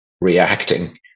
reacting